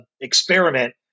experiment